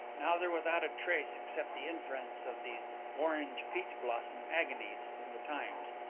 now they're without a trace except the inference of these orange peach blossom agonies in the times.